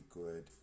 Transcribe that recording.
good